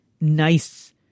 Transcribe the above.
nice